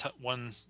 one